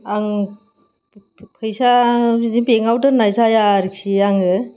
आं फैसा बिदि बेंकआव दोननाय जाया आरोखि आङो